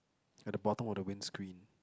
at the bottom of the windscreen